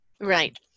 right